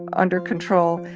and under control.